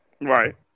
Right